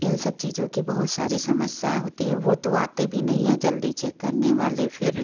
इन सब चीज़ों की बहुत सारी समस्याएँ होती हैं वो तो आते भी नहीं हैं जल्दी चेक करने वाले फिर